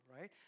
right